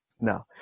now